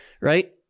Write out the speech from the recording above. right